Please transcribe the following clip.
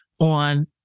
on